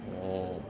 orh